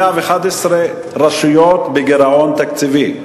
111 רשויות בגירעון תקציבי,